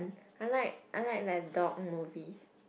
I like I like like dog movies